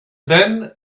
then